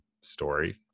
story